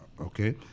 okay